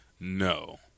No